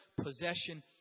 possession